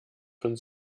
von